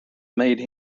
made